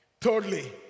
Thirdly